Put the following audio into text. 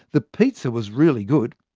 the pizza was really good.